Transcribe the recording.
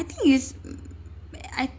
think is I